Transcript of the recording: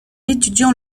étudiant